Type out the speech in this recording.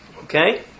Okay